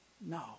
No